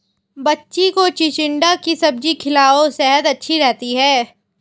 बच्ची को चिचिण्डा की सब्जी खिलाओ, सेहद अच्छी रहती है